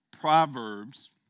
Proverbs